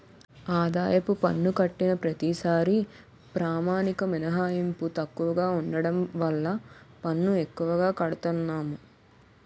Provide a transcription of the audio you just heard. ఆదాయపు పన్ను కట్టిన ప్రతిసారీ ప్రామాణిక మినహాయింపు తక్కువగా ఉండడం వల్ల పన్ను ఎక్కువగా కడతన్నాము